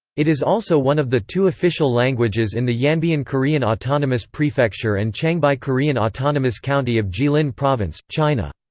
it is also one of the two official languages in the yanbian korean autonomous prefecture and changbai korean autonomous county of jilin province, china.